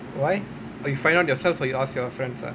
why oh you find out yourself or you ask your friends ah